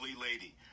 lady